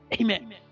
amen